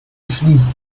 schließt